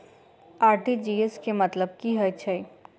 RTGS केँ मतलब की हएत छै?